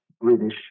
British